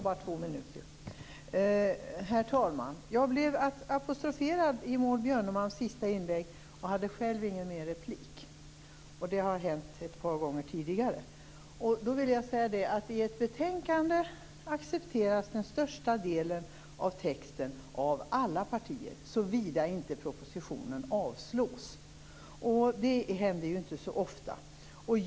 Herr talman! Jag blev apostroferad i Maud Björnemalms sista inlägg och hade själv ingen rätt till ytterligare replik. Detta har hänt ett par gånger tidigare. I ett betänkande accepteras den största delen av texten av alla partier, såvida inte propositionen avslås, och det händer ju inte så ofta.